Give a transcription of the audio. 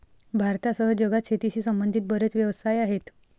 भारतासह जगात शेतीशी संबंधित बरेच व्यवसाय आहेत